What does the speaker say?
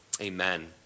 amen